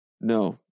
No